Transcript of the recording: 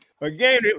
Again